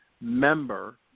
member